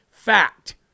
fact